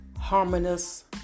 harmonious